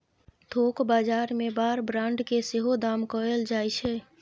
थोक बजार मे बार ब्रांड केँ सेहो दाम कएल जाइ छै